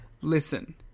Listen